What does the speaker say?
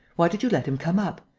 why did you let him come up?